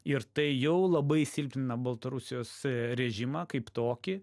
ir tai jau labai silpnina baltarusijos režimą kaip tokį